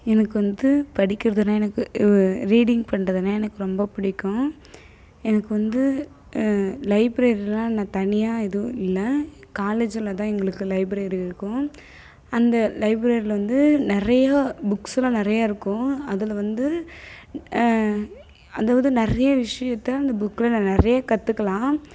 எனக்கு வந்து படிக்கிறதுனா எனக்கு ரீடிங் பண்றதுனால் எனக்கு ரொம்ப பிடிக்கும் எனக்கு வந்து லைப்ரரிலாம் நான் தனியாக எதுவும் இல்லை காலேஜில் தான் எங்களுக்கு லைப்ரரி இருக்கும் அந்த லைப்ரரியில வந்து நிறையா புக்சுலாம் நிறையாருக்கும் அதில் வந்து அதாவது நிறைய விஷயத்தை அந்த புக்கில் நான் நிறைய கத்துக்கலான்